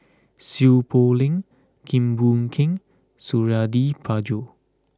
Seow Poh Leng Keng Boon Keng and Suradi Parjo